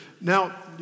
Now